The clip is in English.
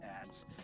ads